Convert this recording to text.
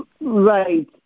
Right